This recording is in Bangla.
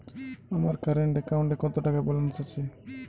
আমার কারেন্ট অ্যাকাউন্টে কত টাকা ব্যালেন্স আছে?